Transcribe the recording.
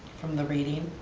from the reading?